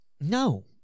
No